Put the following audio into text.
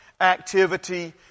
activity